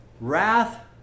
Wrath